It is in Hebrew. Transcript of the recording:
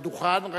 לדוכן.